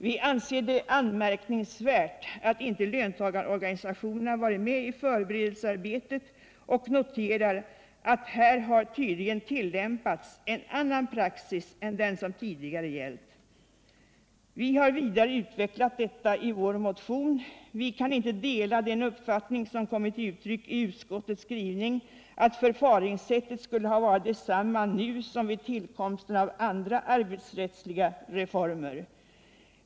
Vi anser det anmärkningsvärt att inte löntagarorganisationerna varit med i förberedelsearbetet och noterar att här har tydligen tillämpats en annan praxis än den som tidigare gällt. Vi har vidareutvecklat detta i vår motion. Vi kan inte dela den uppfattning som kommit till uttryck i utskottets skrivning, att förfaringssättet skulle ha varit detsamma nu som vid villkomsten av andra arbetsrättsliga reformer.